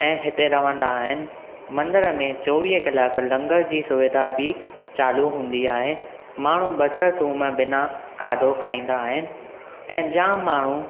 ऐं हिते रहंदा आहिनि मंदर में चोवीह कलाक लंगर जी सुविधा बि चालू हूंदी आहे माण्हू बसरु थूम बिना खाधो खाईंदा आहिनि ऐं जामु माण्हू